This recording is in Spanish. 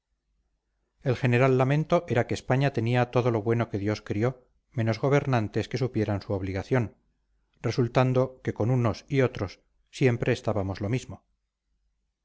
el general lamento era que españa tenía todo lo bueno que dios crió menos gobernantes que supieran su obligación resultando que con unos y otros siempre estábamos lo mismo